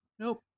Nope